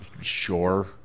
Sure